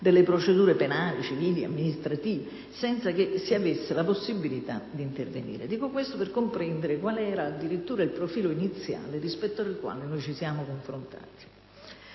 delle procedure penali, civili e amministrative, senza che si avesse la possibilità di intervenire. Dico questo per comprendere qual era addirittura il profilo iniziale rispetto al quale ci siamo confrontati.